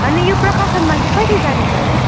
अनि यो प्रकाशनमा चाहिँ कहिले जाने छ होला है